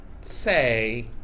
say